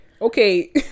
okay